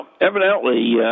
evidently